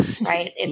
right